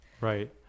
Right